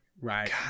Right